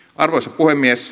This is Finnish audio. arvoisa puhemies